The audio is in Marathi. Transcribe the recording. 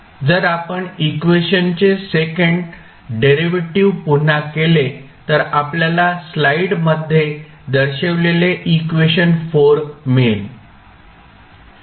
जर आपण इक्वेशनचे सेकंड डेरिव्हेटिव्ह पुन्हा केले तर आपल्याला स्लाइड मध्ये दर्शविलेले इक्वेशन मिळेल